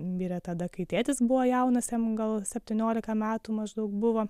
mirė tada kai tėtis buvo jaunas jam gal septyniolika metų maždaug buvo